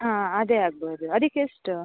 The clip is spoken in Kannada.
ಆಂ ಅದೇ ಆಗ್ಬೋದು ಅದಕ್ಕೆಷ್ಟು